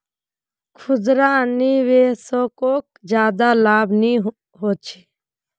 खुदरा निवेशाकोक ज्यादा लाभ नि होचे